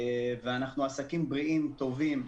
אנחנו עסקים בריאים וטובים,